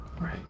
right